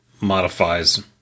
modifies